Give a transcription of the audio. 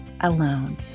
alone